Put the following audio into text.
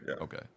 Okay